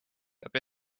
peab